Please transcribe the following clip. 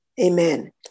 Amen